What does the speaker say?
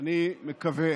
אני מקווה